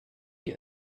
die